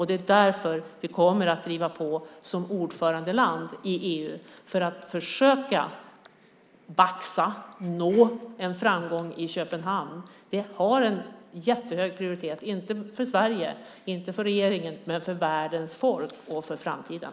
Det är därför vi som ordförandeland kommer att driva på i EU för att försöka baxa och nå en framgång i Köpenhamn. Det har en jättehög prioritet inte för Sverige och regeringen utan för världens folk och framtiden.